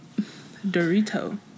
dorito